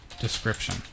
description